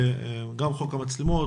גם חוק המצלמות,